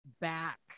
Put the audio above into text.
back